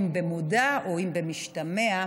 אם במודע או אם במשתמע,